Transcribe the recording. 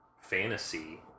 fantasy